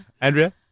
Andrea